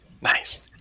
Nice